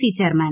C chairman